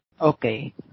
Okay